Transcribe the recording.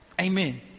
Amen